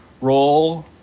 role